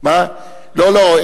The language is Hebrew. לא, לא.